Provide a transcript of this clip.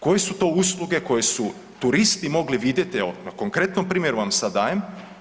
Koje su to usluge koje su turisti mogli vidjeti, evo, na konkretnom primjeru vam sad dajem.